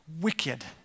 wicked